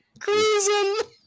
Cruising